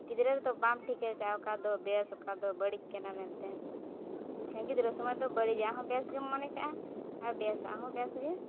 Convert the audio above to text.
ᱜᱤᱫᱽᱨᱟᱹ ᱨᱮᱫᱚ ᱵᱟᱢ ᱴᱷᱤᱠᱟᱹ ᱠᱟᱜᱼᱟ ᱚᱠᱟ ᱫᱚ ᱵᱮᱥ ᱚᱠᱟ ᱫᱚ ᱵᱟᱹᱲᱤᱡ ᱠᱟᱱᱟ ᱢᱮᱱᱛᱮ ᱮᱱᱠᱷᱟᱱ ᱜᱤᱫᱽᱨᱟᱹ ᱥᱚᱢᱚᱭ ᱫᱚ ᱵᱟᱹᱲᱤᱡᱟᱜ ᱦᱚᱸ ᱵᱮᱥ ᱜᱮᱢ ᱢᱚᱱᱮ ᱠᱟᱜᱼᱟ ᱟᱨ ᱵᱮᱥ ᱟᱜ ᱦᱚᱸ ᱵᱮᱥ ᱜᱮ